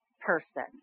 person